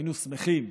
היינו שמחים,